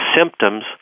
symptoms